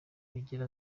rugira